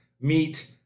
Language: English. meet